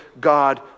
God